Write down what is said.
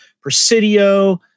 Presidio